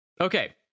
Okay